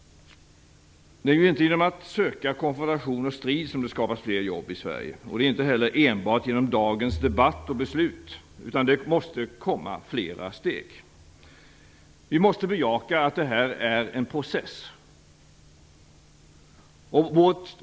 Det är inte genom att söka konfrontation och strid som det skapas fler jobb i Sverige. Det är inte heller enbart genom dagens debatt och beslut, utan det måste komma fler steg. Vi måste bejaka att detta är en process.